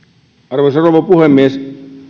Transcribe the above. arvoisa rouva puhemies